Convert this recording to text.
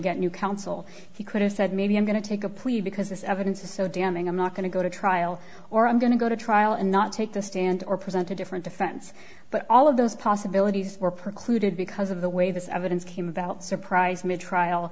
get new counsel he could have said maybe i'm going to take a plea because this evidence is so damning i'm not going to go to trial or i'm going to go to trial and not take the stand or present a different defense but all of those possibilities were precluded because of the way this evidence came about surprise me a trial